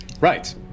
right